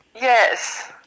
Yes